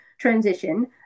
transition